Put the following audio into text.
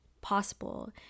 possible